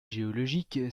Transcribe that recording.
géologique